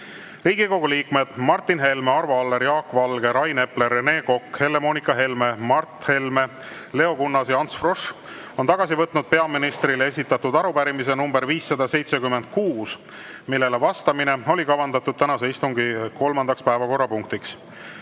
Riigikogu liikmed Martin Helme, Arvo Aller, Jaak Valge, Rain Epler, Rene Kokk, Helle-Moonika Helme, Mart Helme, Leo Kunnas ja Ants Frosch on tagasi võtnud peaministrile esitatud arupärimise nr 576, millele vastamine oli kavandatud tänase istungi kolmandaks päevakorrapunktiks.